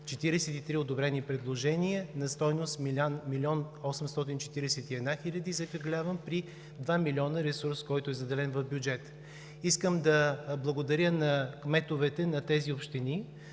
43 одобрени предложения на стойност 1 млн. 841 хиляди, закръглявам, при 2 милиона ресурс, който е заделен в бюджета. Искам да благодаря на кметовете на тези общини,